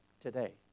today